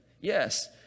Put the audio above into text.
Yes